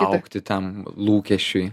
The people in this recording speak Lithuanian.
augti tam lūkesčiui